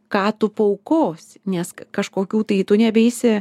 ką tu paaukosi nes kažkokių tai tu nebeisi